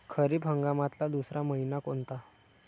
खरीप हंगामातला दुसरा मइना कोनता?